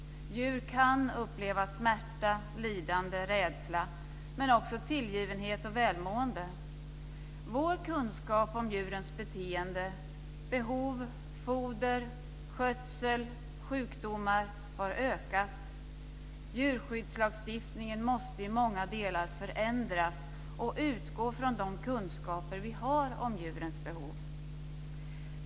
Djur kan uppleva smärta, lidande, rädsla, men också tillgivenhet och välmående. Vår kunskap om djurens beteende, behov, foder, skötsel och sjukdomar har ökat. Djurskyddslagstiftningen måste i många delar förändras och utgå från de kunskaper vi har om djurens behov.